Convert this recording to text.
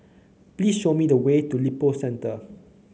please show me the way to Lippo Centre